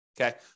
Okay